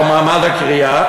על מעמד הקריעה,